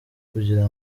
kugira